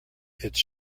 its